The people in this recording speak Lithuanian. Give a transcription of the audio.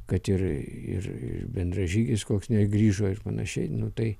kad ir ir ir bendražygis koks negrįžo ir panašiai nu tai